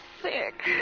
sick